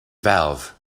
valve